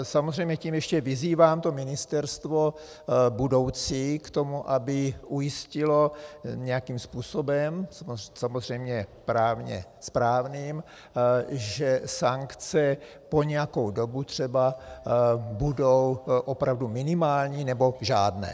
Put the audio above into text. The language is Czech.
Samozřejmě tím ještě vyzývám ministerstvo budoucí k tomu, aby ujistilo nějakým způsobem, samozřejmě právně správným, že sankce po nějakou dobu třeba budou opravdu minimální nebo žádné.